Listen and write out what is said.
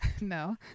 No